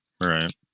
Right